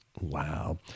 Wow